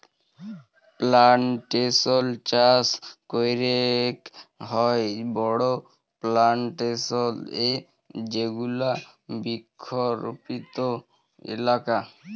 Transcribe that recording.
plantation চাস ক্যরেক হ্যয় বড় প্লানটেশল এ যেগুলা বৃক্ষরপিত এলাকা